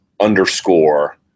underscore